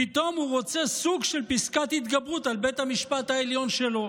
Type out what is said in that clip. פתאום הוא רוצה סוג של פסקת התגברות על בית המשפט העליון שלו.